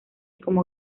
como